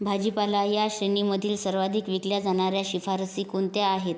भाजीपाला या श्रेणीमधील सर्वाधिक विकल्या जाणाऱ्या शिफारशी कोणत्या आहेत